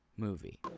Movie